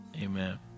amen